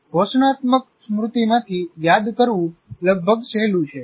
ઘોષણાત્મક સ્મૃતિમાંથી યાદ કરવું લગભગ સહેલું છે